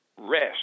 rest